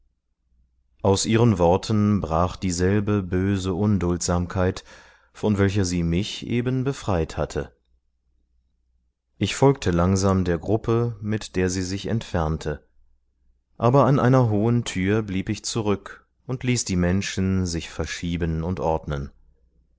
aus ihren worten brach dieselbe böse unduldsamkeit von welcher sie mich eben befreit hatte ich folgte langsam der gruppe mit der sie sich entfernte aber an einer hohen tür blieb ich zurück und ließ die menschen sich verschieben und ordnen